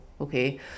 Okay